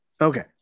Okay